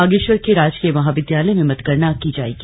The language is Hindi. बागेश्वर के राजकीय महाविद्यालय में मतगणना की जाएगी